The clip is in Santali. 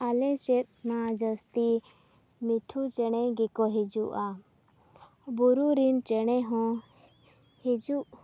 ᱟᱞᱮ ᱥᱮᱫ ᱢᱟ ᱡᱟᱹᱥᱛᱤ ᱢᱤᱨᱩ ᱪᱮᱬᱮ ᱜᱮᱠᱚ ᱦᱤᱡᱩᱜᱼᱟ ᱵᱩᱨᱩ ᱨᱤᱱ ᱪᱮᱬᱮ ᱦᱚᱸ ᱦᱤᱡᱩᱜ